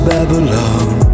Babylon